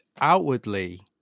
outwardly